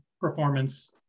performance